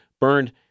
burned